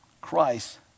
Christ